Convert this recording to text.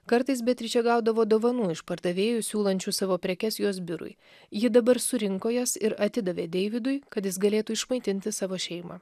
kartais beatričė gaudavo dovanų iš pardavėjų siūlančių savo prekes jos biurui ji dabar surinko jas ir atidavė deividui kad jis galėtų išmaitinti savo šeimą